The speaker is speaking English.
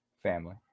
Family